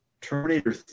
Terminator